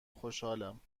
خوشحالم